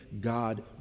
God